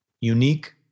unique